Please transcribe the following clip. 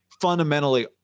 fundamentally